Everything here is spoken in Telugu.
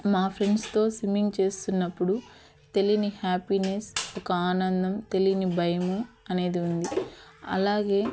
మా ఫ్రెండ్స్తో స్విమ్మింగ్ చేస్తున్నప్పుడు తెలియని హ్యాపీనెస్ ఒక ఆనందం తెలియని భయము అనేది ఉంది అలాగే